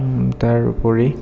তাৰোপৰি